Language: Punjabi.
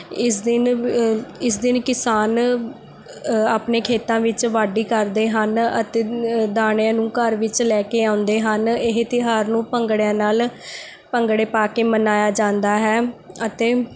ਇਸ ਦਿਨ ਇਸ ਦਿਨ ਕਿਸਾਨ ਆਪਣੇ ਖੇਤਾਂ ਵਿੱਚ ਵਾਢੀ ਕਰਦੇ ਹਨ ਅਤੇ ਦਾਣਿਆਂ ਨੂੰ ਘਰ ਵਿੱਚ ਲੈ ਕੇ ਆਉਂਦੇ ਹਨ ਇਹ ਤਿਉਹਾਰ ਨੂੰ ਭੰਗੜਿਆਂ ਨਾਲ ਭੰਗੜੇ ਪਾ ਕੇ ਮਨਾਇਆ ਜਾਂਦਾ ਹੈ ਅਤੇ